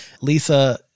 Lisa